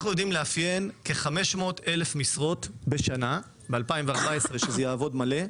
אנחנו יודעים לאפיין כ-500 אלף משרות בשנה --- כשזה יעבוד מלא,